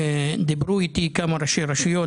דיברו איתי כמה ראשי רשויות,